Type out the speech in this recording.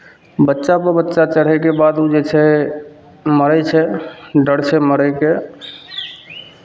बच्चापर बच्चा चढ़यके बाद ओ जे छै मारै छै डर छै मरयके